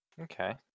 Okay